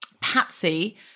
Patsy